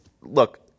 look